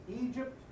Egypt